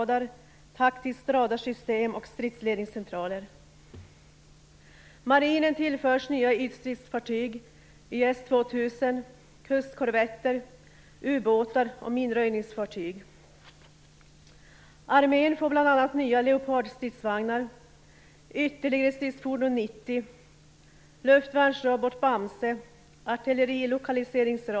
Dessutom tillförs flygburen spaningsradar, taktiskt radarsystem och stridsledningscentraler.